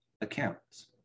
accounts